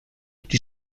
die